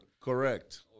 correct